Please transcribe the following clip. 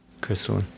Crystal